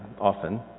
often